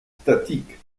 statiques